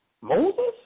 Moses